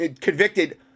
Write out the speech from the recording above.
convicted